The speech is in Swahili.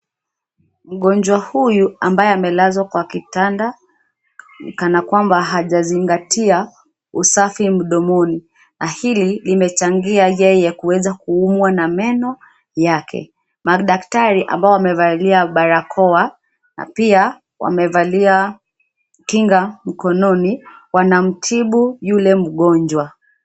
Mgonjwa huyu ambaye amelazwa kwa kitanda ni kana kwamba hajazingatia usafi mdomoni. Hili limechangia yeye kuweza kuumwa na meno yake. Madaktari ambao wamevalia barakoa pia wamevalia kinga mkononi wanamtibu yule mgonjwa.